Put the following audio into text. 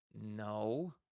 no